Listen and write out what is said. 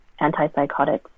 antipsychotics